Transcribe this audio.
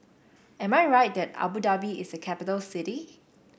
am I right that Abu Dhabi is a capital city